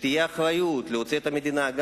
שתהיה אחריות להוציא את המדינה גם